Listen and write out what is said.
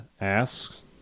asks